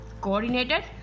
coordinated